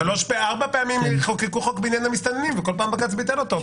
ארבע פעמים חוקקו חוק בעניין המסתננים וכל פעם בג"צ ביטל אותו.